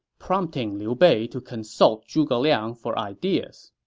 prompting liu bei to consult zhuge liang for ideas